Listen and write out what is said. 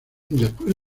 después